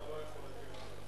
לרשותך חמש דקות.